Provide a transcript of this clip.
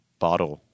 Bottle